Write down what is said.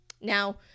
now